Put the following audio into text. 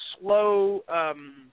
slow